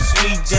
Sweet